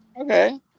Okay